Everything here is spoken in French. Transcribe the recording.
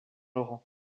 laurent